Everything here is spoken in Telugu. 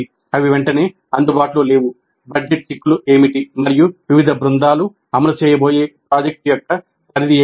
అవి వెంటనే అందుబాటులో లేవు బడ్జెట్ చిక్కులు ఏమిటి మరియు వివిధ బృందాలు అమలు చేయబోయే ప్రాజెక్ట్ యొక్క పరిధి ఏమిటి